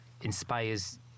inspires